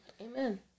Amen